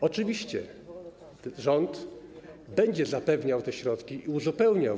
Oczywiście rząd będzie zapewniał te środki i je uzupełniał.